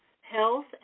Health